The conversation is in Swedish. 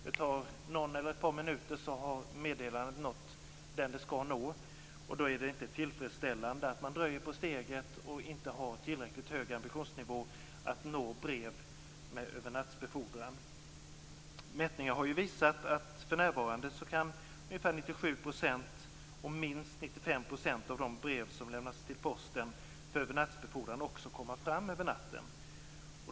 Det tar någon eller ett par minuter tills meddelandet har nått den som det skall nå. Då är det inte tillfredsställande att man dröjer på steget och inte har tillräckligt hög ambitionsnivå när det gäller brev med övernattsbefordran. Mätningar har ju visat att för närvarande kan ungefär 97 % och minst 95 % av de brev som lämnas till Posten för övernattsbefordran också komma fram över natten.